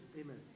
Amen